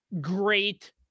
great